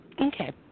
Okay